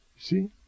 See